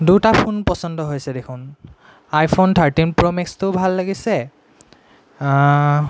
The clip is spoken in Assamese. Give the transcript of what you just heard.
দুটা ফোন পচন্দ হৈছে দেখোন আইফোন থাৰ্টিন প্ৰ' মেক্সটোও ভাল লাগিছে